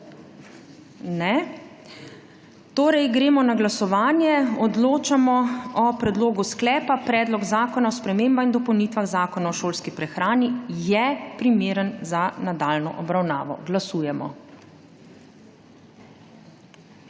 (Ne.) Torej gremo na glasovanje. Odločamo o predlogu sklepa: Predlog zakona o spremembah in dopolnitvah Zakona o šolski prehrani je primeren za nadaljnjo obravnavo. Glasujemo.